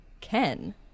ken